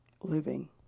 living